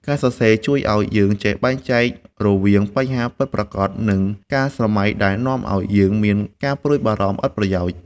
ការសរសេរជួយឱ្យយើងចេះបែងចែករវាងបញ្ហាពិតប្រាកដ និងការស្រមៃដែលនាំឱ្យយើងមានការព្រួយបារម្ភឥតប្រយោជន៍។